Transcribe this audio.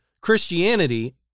Christianity